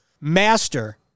master